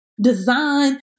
design